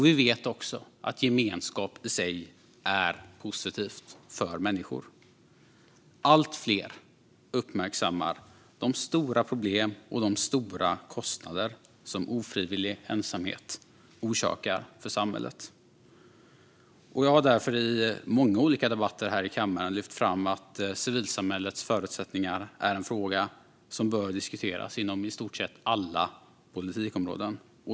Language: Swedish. Vi vet också att gemenskap i sig är positivt för människor. Allt fler uppmärksammar de stora problem och de stora kostnader som ofrivillig ensamhet orsakar samhället. Jag har därför i många olika debatter här i kammaren lyft fram att civilsamhällets förutsättningar är en fråga som bör diskuteras inom i stort sett alla politikområden.